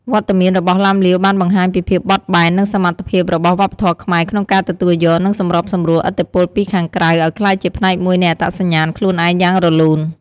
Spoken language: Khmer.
វត្តមានរបស់ឡាំលាវបានបង្ហាញពីភាពបត់បែន និងសមត្ថភាពរបស់វប្បធម៌ខ្មែរក្នុងការទទួលយក និងសម្របសម្រួលឥទ្ធិពលពីខាងក្រៅឲ្យក្លាយជាផ្នែកមួយនៃអត្តសញ្ញាណខ្លួនឯងយ៉ាងរលូន។